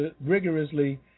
rigorously